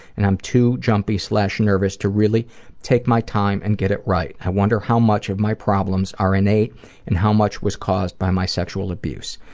and i'm too jumpy nervous nervous to really take my time and get it right. i wonder how much of my problems are innate and how much was caused by my sexual abuse.